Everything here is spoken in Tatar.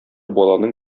баланың